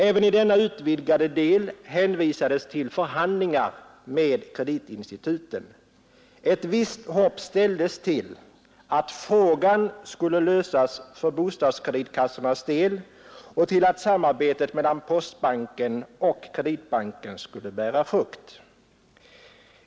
Även i denna utvidgade del hänvisades till förhandlingar med kreditinstituten. Ett visst hopp ställdes till att frågan skulle lösas för bostadskreditkassornas del och till att samarbetet mellan postbanken och Kreditbanken skulle bära frukt.